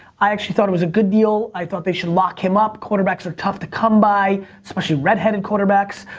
i actually thought it was a good deal, i thought they should lock him up, quarterbacks are tough to come by, especially redheaded quarterbacks,